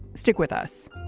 stick with us